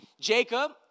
Jacob